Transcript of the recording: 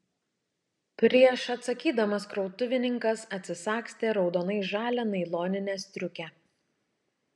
prieš atsakydamas krautuvininkas atsisagstė raudonai žalią nailoninę striukę